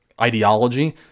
ideology